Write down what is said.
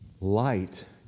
Light